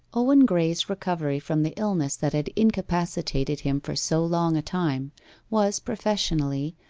owen graye's recovery from the illness that had incapacitated him for so long a time was, professionally,